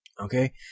Okay